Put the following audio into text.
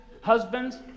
husbands